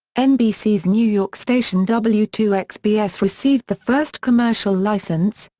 nbc's new york station w two x b s received the first commercial license,